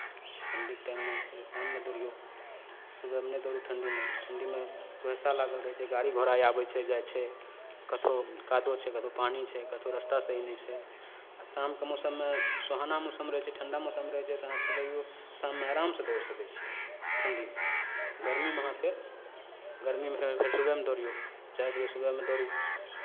ठण्ढीके टाइममे छै से शाममे दौड़िऔ सुबहमे नहि दौड़ू ठण्ढीमे ठण्ढीमे कुहेसा लागल रहै छै गाड़ी घोड़ा आबै छै जाइ छै कतहु कादो छै कतहु पानि छै कतहु रस्ता सही नहि छै आ शामके मौसममे सुहाना मौसम रहै छै ठण्ढा मौसम रहै छै तऽ अहाँ सुबहो शाममे आरामसँ दौड़ सकै छी ठण्ढीमे गरमीमे अहाँ फेर गरमीमे फेर सुबहमे दौड़िऔ चारि बजे सुबहमे दौड़ू